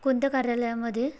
कोणत्या कार्यालयामध्ये